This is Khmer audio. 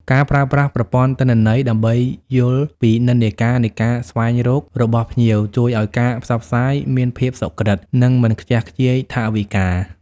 ការប្រើប្រាស់ប្រព័ន្ធទិន្នន័យ ដើម្បីយល់ពីនិន្នាការនៃការស្វែងរករបស់ភ្ញៀវ ជួយឱ្យការផ្សព្វផ្សាយមានភាពសុក្រឹត និងមិនខ្ជះខ្ជាយថវិកា។